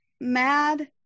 mad